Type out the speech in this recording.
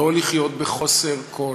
לא לחיות בחוסר כול,